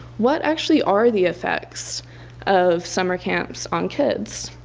what actually are the effects of summer camps on kids?